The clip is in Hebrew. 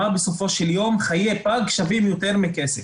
בסופו של יום חיי פג שווים יותר מכסף.